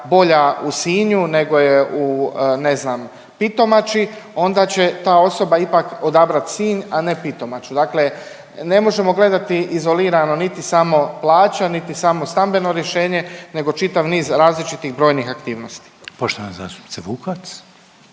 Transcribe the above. bolja u Sinju nego je u ne znam Pitomači onda će ta osoba ipak odabrat Sinj, a ne Pitomaču. Dakle, ne možemo gledati izolirano niti samo plaća, niti samo stambeno rješenje nego čitav niz različitih brojnih aktivnosti. **Reiner, Željko